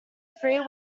three